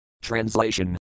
Translation